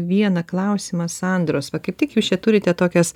vieną klausimą sandros va kaip tik jūs čia turite tokias